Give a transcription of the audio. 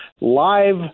live